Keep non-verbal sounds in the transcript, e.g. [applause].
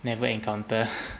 never encounter [laughs]